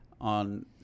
on